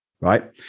right